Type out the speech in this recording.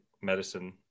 medicine